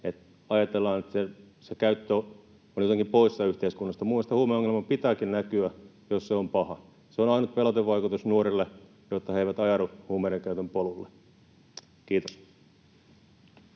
ajatellaan, että se käyttö on jotenkin poissa yhteiskunnasta. Minusta huumeongelman pitääkin näkyä, jos se on paha. Se on ainut pelotevaikutus nuorille, jotta he eivät ajaudu huumeiden käytön polulle. — Kiitos.